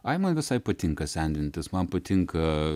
ai man visai patinka sendintis man patinka